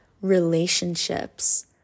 relationships